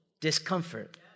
Discomfort